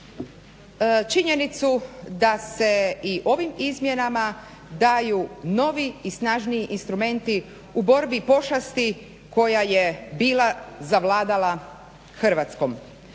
činjenicu da se i ovim izmjenama daju novi i snažniji instrumenti u borbi pošasti koja je bila zavladala Hrvatskom.